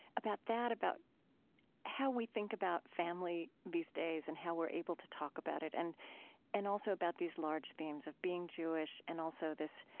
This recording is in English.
about that, about how we think about family these days and how we're able to talk about it. and and also about this large themes of being jewish and also this,